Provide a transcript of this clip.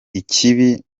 ikibi